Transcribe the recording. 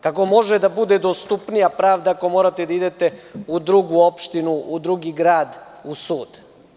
Kako može da bude dostupnija pravda ako morate da idete u drugu opštinu, u drugi grad u sud?